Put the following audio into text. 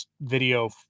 video